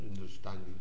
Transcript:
understanding